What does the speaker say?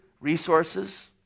resources